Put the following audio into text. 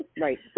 Right